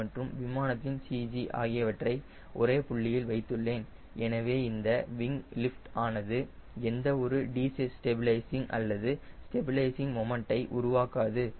c மற்றும் விமானத்தின் CG ஆகியவற்றை ஒரே புள்ளியில் வைத்துள்ளேன் எனவே இந்த விங் லிஃப்ட் ஆனது எந்த ஒரு டீ ஸ்டெபிலைசிங் அல்லது ஸ்டெபிலைசிங் மொமண்ட்டை உருவாக்காது